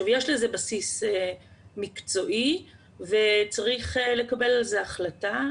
יש לזה בסיס מקצועי וצריך לקבל על זה החלטה.